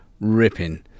ripping